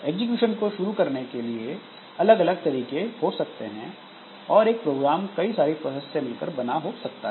execution को शुरू करने के अलग अलग तरीके हो सकते हैं और एक प्रोग्राम कई सारी प्रोसेस से मिलकर बना हो सकता है